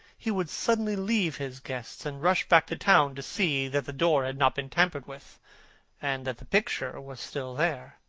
he would suddenly leave his guests and rush back to town to see that the door had not been tampered with and that the picture was still there.